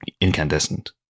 incandescent